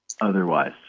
otherwise